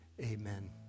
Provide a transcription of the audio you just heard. Amen